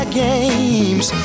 games